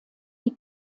die